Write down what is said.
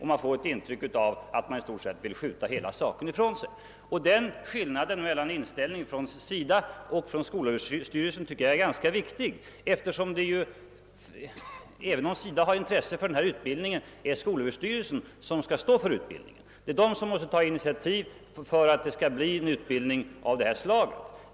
Man får intryck av att SÖ önskar skjuta hela saken ifrån sig. Denna skillnad mellan SIDA:s och skolöverstyrelsens inställning är enligt min mening ganska viktig, ty även om SIDA har intresse för denna utbildning, är det dock Sö som skall stå för den. Det är Sö som måste ta initiativ för att det skall bli en utbildning av ifrågavarande slag.